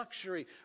luxury